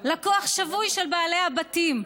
לקוח שבוי של בעלי הבתים,